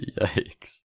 Yikes